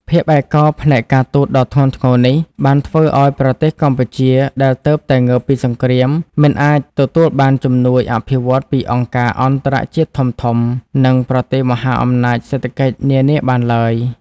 ភាពឯកោផ្នែកការទូតដ៏ធ្ងន់ធ្ងរនេះ បានធ្វើឱ្យប្រទេសកម្ពុជាដែលទើបតែងើបពីសង្គ្រាម មិនអាចទទួលបានជំនួយអភិវឌ្ឍន៍ពីអង្គការអន្តរជាតិធំៗ និងប្រទេសមហាអំណាចសេដ្ឋកិច្ចនានាបានឡើយ។